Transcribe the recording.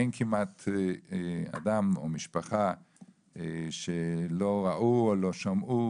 אין כמעט אדם או משפחה שלא ראו או לא שמעו,